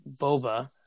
Boba